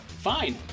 Fine